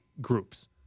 groups